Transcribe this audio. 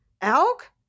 elk